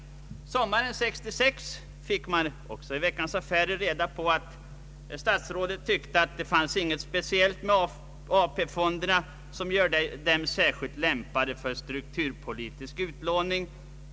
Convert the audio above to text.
Sommaren 1966 fick man också i Veckans Affärer reda pä att statsrådet tyckte att det inte fanns något speciellt med AP-fonderna som gjorde dem särskilt lämpade för strukturpolitisk utlåning.